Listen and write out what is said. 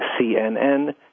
cnn